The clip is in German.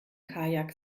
kajak